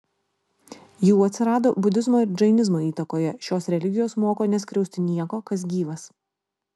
jų atsirado budizmo ir džainizmo įtakoje šios religijos moko neskriausti nieko kas gyvas